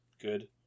good